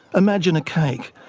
imagine a cake.